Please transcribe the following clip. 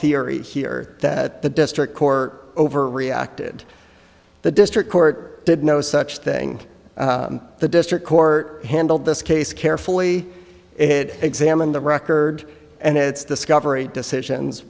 theory here that the district court over reacted the district court did no such thing the district court handled this case carefully examined the record and its discovery decisions